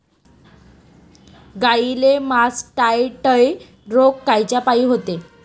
गाईले मासटायटय रोग कायच्यापाई होते?